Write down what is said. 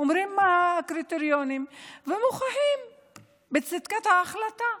אומרים מה הקריטריונים ובוחרים בצדקת ההחלטה.